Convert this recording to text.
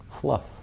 Fluff